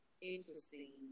interesting